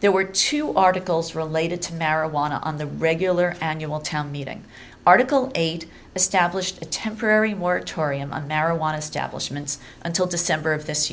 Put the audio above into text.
there were two articles related to marijuana on the regular annual town meeting article eight established a temporary moratorium on marijuana establishment until december of this